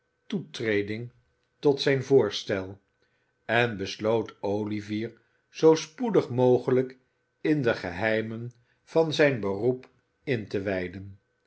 toetreding tot zijn voorstel en besloot olivier zoo spoedig mogelijk in de geheimen van zijn beroep in te wijden